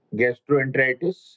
gastroenteritis